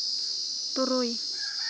ᱛᱩᱨᱩᱭ